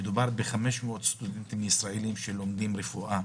מדובר ב-500 סטודנטים ישראלים שלומדים רפואה